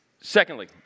secondly